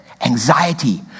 Anxiety